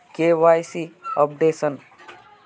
KYC updation?